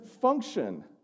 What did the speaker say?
function